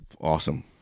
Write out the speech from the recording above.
Awesome